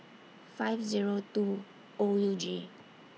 five Zero two O U G